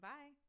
Bye